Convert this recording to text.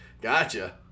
gotcha